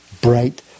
bright